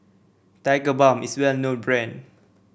Tigerbalm is a well known brand